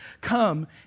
come